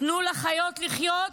'תנו לחיות לחיות',